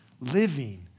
living